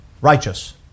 righteous